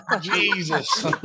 Jesus